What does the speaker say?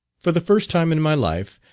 for the first time in my life,